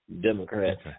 Democrats